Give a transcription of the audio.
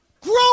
Grow